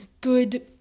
good